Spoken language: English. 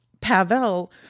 Pavel